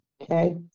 okay